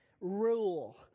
rule